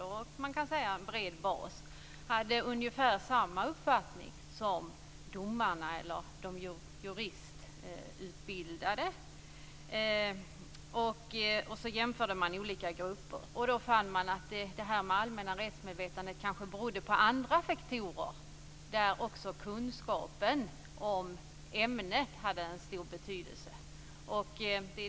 De hade ungefär samma uppfattning som de juristutbildade. Man har jämfört olika grupper och funnit att det allmänna rättsmedvetandet kanske är beroende av andra faktorer. Också kunskapen om ämnet hade en stor betydelse.